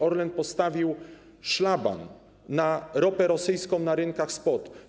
Orlen postawił szlaban na ropę rosyjską na rynkach spot.